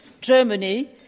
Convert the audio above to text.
Germany